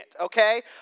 Okay